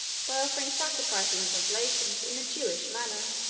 by offering sacrifices and oblations in the jewish manner.